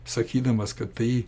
sakydamas kad tai